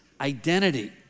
identity